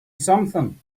something